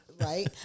Right